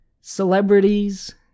celebrities